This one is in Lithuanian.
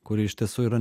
kuri iš tiesų yra